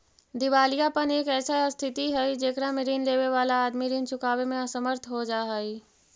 दिवालियापन एक ऐसा स्थित हई जेकरा में ऋण लेवे वाला आदमी ऋण चुकावे में असमर्थ हो जा हई